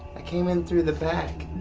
i came in through the back.